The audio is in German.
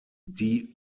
die